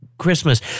Christmas